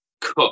cut